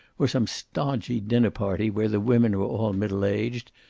or some stodgy dinner-party where the women were all middle-aged,